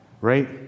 right